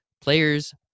Player's